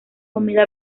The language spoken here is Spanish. comida